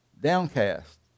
downcast